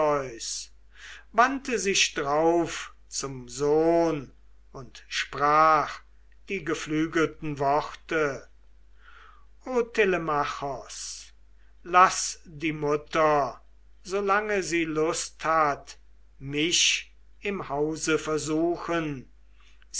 wandte sich drauf zum sohn und sprach die geflügelten worte o telemachos laß die mutter so lange sie lust hat mich im hause versuchen